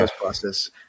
process